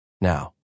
now